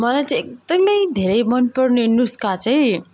मलाई चाहिँ एकदमै धेरै मनपर्ने नुस्खा चाहिँ